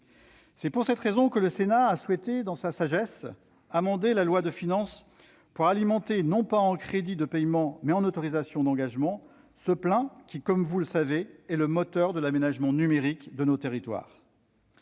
C'est pour cette raison que le Sénat a souhaité, dans sa sagesse, amender la loi de finances, pour alimenter ce plan non pas en crédits de paiement, mais en autorisations d'engagement. Comme vous le savez, ce plan est le moteur de l'aménagement numérique de nos territoires.